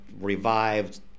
revived